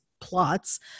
plots